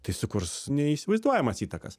tai sukurs neįsivaizduojamas įtakas